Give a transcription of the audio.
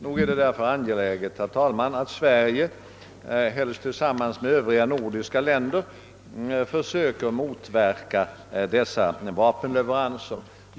Nog är det därför angeläget, herr talman, att Sverige, helst tillsammans med övriga nordiska länder, försöker motarbeta dessa vapenleveranser.